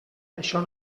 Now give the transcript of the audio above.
això